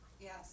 Yes